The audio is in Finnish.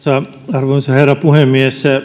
arvoisa herra puhemies